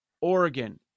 Oregon